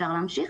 (שקף: